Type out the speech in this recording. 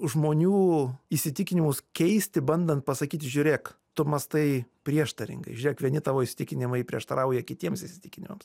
žmonių įsitikinimus keisti bandant pasakyti žiūrėk tu mąstai prieštaringai žėk vieni tavo įsitikinimai prieštarauja kitiems įsitikinimams